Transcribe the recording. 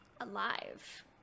alive